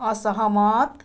असहमत